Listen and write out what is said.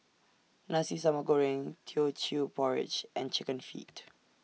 Nasi Sambal Goreng Teochew Porridge and Chicken Feet